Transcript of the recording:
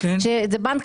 ברשויות המקומיות זה הנושא